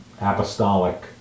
apostolic